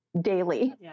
daily